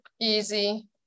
easy